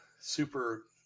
super